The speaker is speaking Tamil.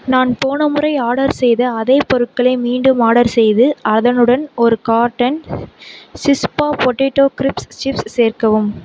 நான் போன முறை ஆர்டர் செய்த அதே பொருட்களை மீண்டும் ஆர்டர் செய்து அதனுடன் ஒரு கார்ட்டன் சிஸ்பா பொட்டேட்டோ க்ரிஸ்ப்ஸ் சிப்ஸ் சேர்க்கவும்